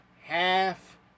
half